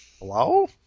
Hello